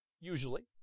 usually